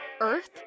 Earth